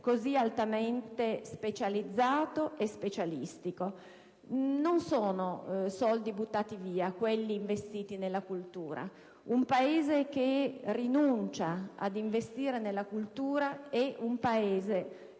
così altamente specializzato e specialistico, non sono soldi buttati via, perché investiti nella cultura. Un Paese che rinuncia ad investire nella cultura, a